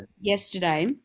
yesterday